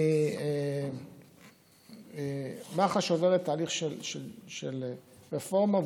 חוזר: מח"ש עוברת תהליך של רפורמה,